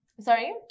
Sorry